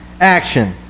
action